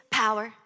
power